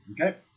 Okay